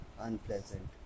unpleasant